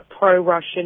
pro-Russian